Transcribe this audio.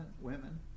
women